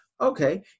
Okay